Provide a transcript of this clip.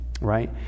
right